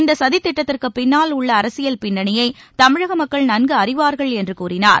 இந்த சதித்திட்டத்திற்கு பின்னால் உள்ள அரசியல் பின்னணியை தமிழக மக்கள் நன்கு அறிவார்கள் என்று கூறினார்